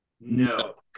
No